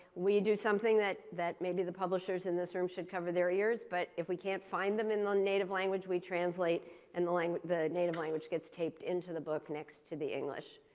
we do something that that maybe the publishers in this room should cover their ears. but if we can't find them in their ah native language, we translate and the language the native language gets taped into the book next to the english.